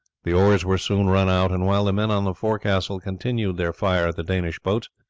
the oars were soon run out, and while the men on the forecastle continued their fire at the danish boats,